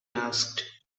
asked